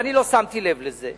ואני לא שמתי לב לזה,